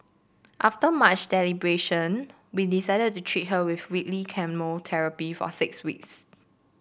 after much deliberation we decided to treat her with weekly chemotherapy for six weeks